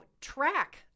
track